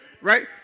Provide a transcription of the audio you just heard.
Right